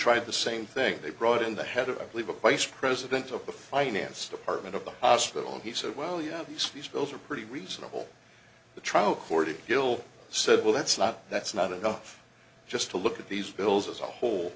tried the same thing they brought in the head of i believe a vice president of the finance department of the hospital and he said well you have these fees those are pretty reasonable the trial court bill said well that's not that's not enough just to look at these bills as a whole